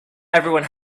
everyone